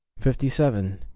fifty seven.